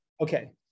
Okay